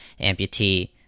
amputee